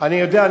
אני יודע.